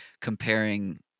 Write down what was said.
comparing –